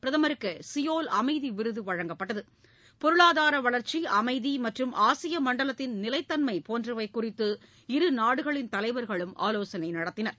பிரதமருக்கு சியோல் அமைதி விருது வழங்கப்பட்டது பொருளாதார வளர்ச்சி அமைதி மற்றும் ஆசிய மண்டலத்தின் நிலைத்தன்மை போன்றவை குறித்து இருநாடுகளின் தலைவர்களும் ஆலோசித்தனர்